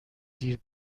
دیر